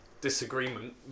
disagreement